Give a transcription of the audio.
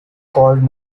called